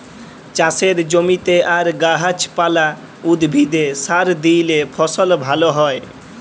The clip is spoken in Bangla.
চাষের জমিতে আর গাহাচ পালা, উদ্ভিদে সার দিইলে ফসল ভাল হ্যয়